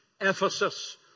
Ephesus